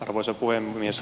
arvoisa puhemies